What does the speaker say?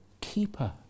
keeper